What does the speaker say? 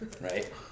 right